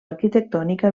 arquitectònica